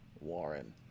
Warren